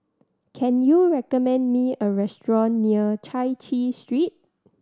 can you recommend me a restaurant near Chai Chee Street